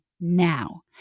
now